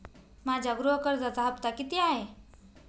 माझ्या गृह कर्जाचा हफ्ता किती आहे?